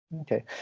Okay